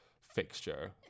fixture